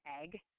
egg